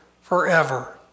forever